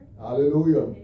hallelujah